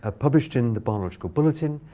ah published in the biological bulletin.